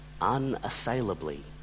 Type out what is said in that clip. unassailably